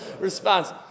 response